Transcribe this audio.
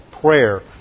prayer